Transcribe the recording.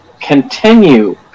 continue